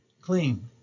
Clean